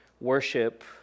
worship